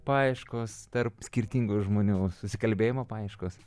paieškos tarp skirtingų žmonių susikalbėjimo paieškos